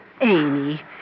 Amy